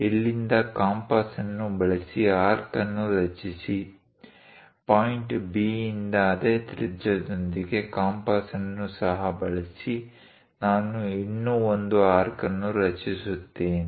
ಇಲ್ಲಿಂದ ಕಂಪಾಸ್ ಅನ್ನು ಬಳಸಿ ಆರ್ಕ್ ಅನ್ನು ರಚಿಸಿ ಪಾಯಿಂಟ್ B ಯಿಂದ ಅದೇ ತ್ರಿಜ್ಯದೊಂದಿಗೆ ಕಂಪಾಸ್ ಅನ್ನು ಸಹ ಬಳಸಿ ನಾನು ಇನ್ನೂ ಒಂದು ಆರ್ಕ್ ಅನ್ನು ರಚಿಸುತ್ತೇನೆ